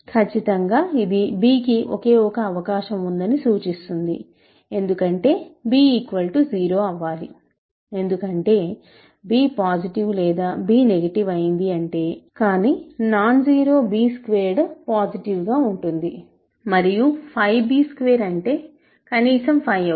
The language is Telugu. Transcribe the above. ఖచ్చితంగా ఇది b కి ఒకే ఒక అవకాశం ఉందని సూచిస్తుంది ఎందుకంటే b 0 అవ్వాలి ఎందుకంటే b పాసిటివ్ లేదా b నెగటివ్ అయింది అంటే కాని non zero b squared positive గా ఉంటుంది మరియు 5 b స్క్వేర్ అంటే కనీసం 5 అవుతుంది